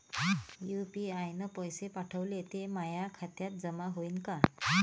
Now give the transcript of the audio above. UPI न पैसे पाठवले, ते माया खात्यात जमा होईन का?